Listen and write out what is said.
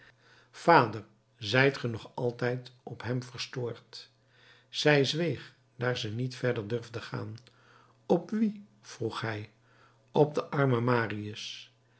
vader zijt ge nog altijd op hem verstoord zij zweeg daar ze niet verder durfde gaan op wien vroeg hij op den armen marius